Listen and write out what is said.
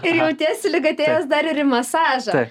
ir jautiesi lyg atėjęs dar ir į masažą